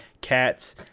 cats